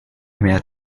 mehr